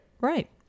Right